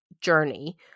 journey